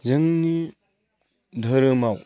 जोंनि धोरोमाव